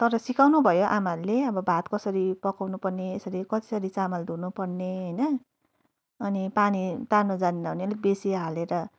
तर सिकाउनुभयो आमाहरूले अब भात कसरी पकाउनुपर्ने यसरी कसरी चामल धुनुपर्ने होइन अनि पानी तार्नु जानेन भने पनि अलिक बेसी हालेर